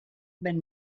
been